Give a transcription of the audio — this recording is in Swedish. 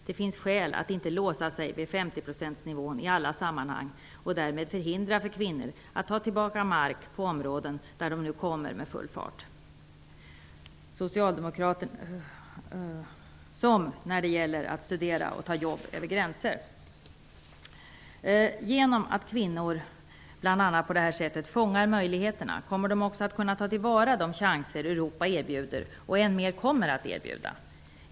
Det finns skäl att inte låsa sig vid 50 procentsnivån i alla sammanhang och därmed förhindra för kvinnor att ta tillbaka mark på områden där de nu kommer med full fart, som när det gäller att studera och ta jobb över gränser. Genom att kvinnor bl.a. på det här sättet fångar möjligheterna kommer de också att kunna ta till vara de chanser Europa erbjuder och än mer kommer att erbjuda.